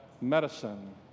medicine